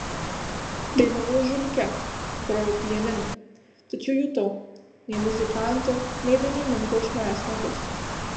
dainavau ąžuoliuke grojau pianinu tačiau jutau nei muzikanto nei dainininko iš manęs nebus